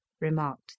remarked